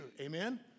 Amen